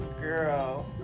Girl